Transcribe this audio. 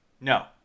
No